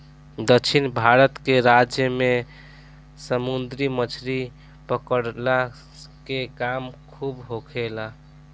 दक्षिण भारत के राज्य में समुंदरी मछली पकड़ला के काम खूब होखेला